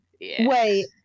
wait